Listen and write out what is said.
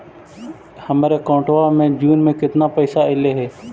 हमर अकाउँटवा मे जून में केतना पैसा अईले हे?